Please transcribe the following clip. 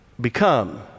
become